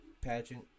pageant